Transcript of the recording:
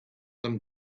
them